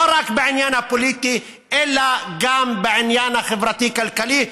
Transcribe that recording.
לא רק בעניין הפוליטי אלא גם בעניין החברתי-כלכלי,